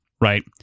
Right